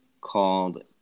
called